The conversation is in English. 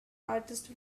artist